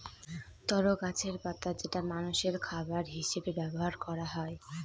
তরো গাছের পাতা যেটা মানষের খাবার হিসেবে ব্যবহার করা হয়